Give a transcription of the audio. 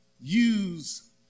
Use